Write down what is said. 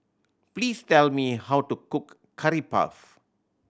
please tell me how to cook Curry Puff